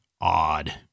odd